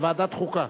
לוועדת החוקה.